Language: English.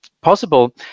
possible